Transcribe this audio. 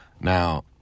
Now